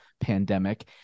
pandemic